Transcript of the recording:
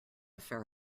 fair